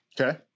Okay